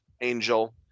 Angel